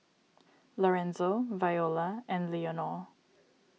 Lorenzo Viola and Leonor